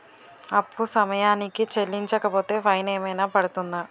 అప్పు సమయానికి చెల్లించకపోతే ఫైన్ ఏమైనా పడ్తుంద?